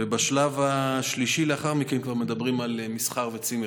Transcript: ובשלב השלישי לאחר מכן כבר מדברים על מסחר וצימרים.